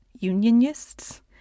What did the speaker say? unionists